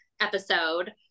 episode